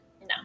No